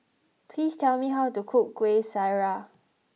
please tell me how to cook Kuih Syara